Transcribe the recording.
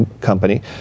company